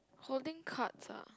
holding cards ah